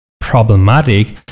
problematic